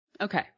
Okay